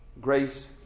Grace